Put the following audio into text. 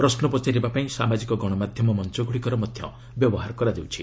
ପ୍ରଶ୍ନ ପଚାରିବାପାଇଁ ସାମାଜିକ ଗଣମାଧ୍ୟମ ମଞ୍ଚଗୁଡ଼ିକର ମଧ୍ୟ ବ୍ୟବହାର କରାଯାଉଛି